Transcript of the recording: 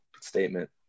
statement